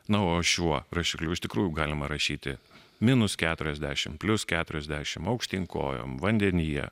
na o šiuo rašikliu iš tikrųjų galima rašyti minus keturiasdešimt plius keturiasdešimt aukštyn kojom vandenyje